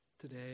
today